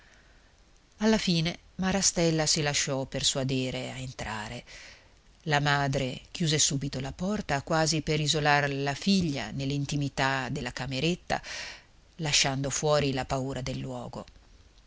alla fine marastella si lasciò persuadere a entrare la madre chiuse subito la porta quasi per isolar la figlia nell'intimità della cameretta lasciando fuori la paura del luogo